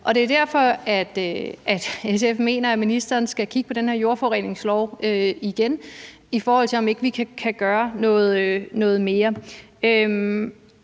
Det er derfor, SF mener, at ministeren skal kigge på den her jordforureningslov igen, i forhold til om ikke vi kan gøre noget mere.